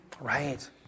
Right